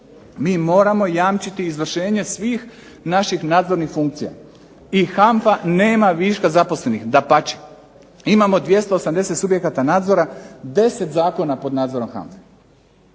MI moramo jamčiti izvršenje svih naših nadzornih funkcija. I HANFA nema viška zaposlenih, dapače. Imamo 280 subjekata nadzora, 10 zakona pod nadzorom HANFA-e.